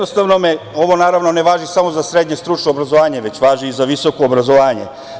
Ovo, naravno, ne važi samo za srednje stručno obrazovanje, već važi i za visoko obrazovanje.